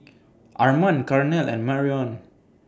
Armand Carnell and Marion